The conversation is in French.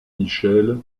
michel